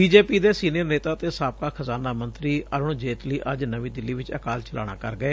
BJP ਦੇ senior ਨੇਤਾ ਅਤੇ ਸਾਬਕਾ ਖਜਾਨਾ ਮੰਤਰੀ ਅਰੁਣ ਜੇਟਲੀ ਅੱਜ ਨਵੀਂ ਦਿੱਲੀ ਚ ਅਕਾਲ ਚਲਾਣਾ ਕਰ ਗਏ